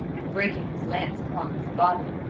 and breaking his lance upon his body,